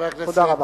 תודה רבה.